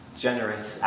generous